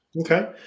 Okay